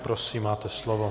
Prosím, máte slovo.